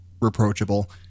reproachable